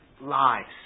lives